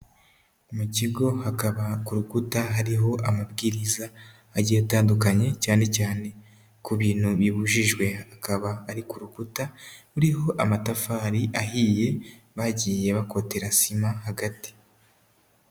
Mu kigo hakaba ku rukuta hariho amabwiriza agiye atandukanye cyane cyane ku bintu bibujijwe, akaba ari ku rukuta ruriho amatafari ahiye bagiye bakotera sima hagati.